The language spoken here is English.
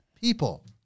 people